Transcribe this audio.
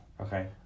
Okay